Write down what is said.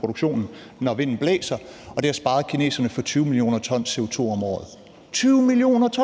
produktionen, når vinden blæser, og det har sparet kineserne for 20 mio. t CO2 om året – 20 mio. t!